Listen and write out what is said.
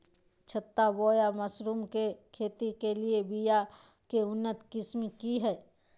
छत्ता बोया मशरूम के खेती के लिए बिया के उन्नत किस्म की हैं?